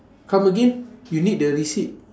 come again you need the receipt